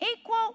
equal